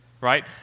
right